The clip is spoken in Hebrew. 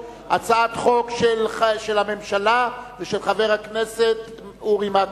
הצעת חוק של הממשלה ושל חבר הכנסת אורי מקלב.